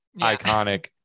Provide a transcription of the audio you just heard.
iconic